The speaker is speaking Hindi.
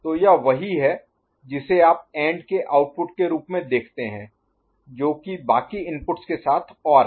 तो यह वही है जिसे आप AND के आउटपुट के रूप में देखते हैं जो कि बाकी इनपुट्स के साथ OR है